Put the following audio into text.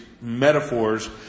metaphors